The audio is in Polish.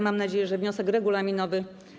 Mam nadzieję, że wniosek regulaminowy.